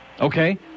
Okay